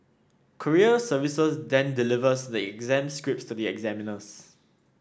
courier service then delivers the exam scripts to the examiners